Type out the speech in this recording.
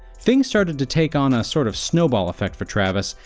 things started to take on a sort of snowball effect for travis,